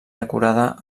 decorada